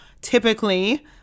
typically